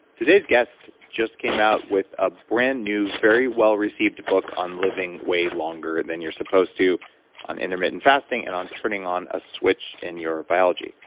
today's guest just came out with a brand new, very well received book on living way longer than you're supposed to on intermittent fasting, and on turning on a switch in your biology.